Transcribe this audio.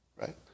right